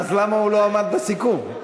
אז למה הוא לא עמד בסיכום?